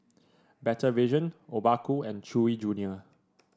Better Vision Obaku and Chewy Junior